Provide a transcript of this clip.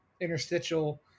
interstitial